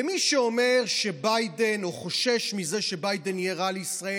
למי שאומר או חושש מזה שביידן יהיה רע לישראל,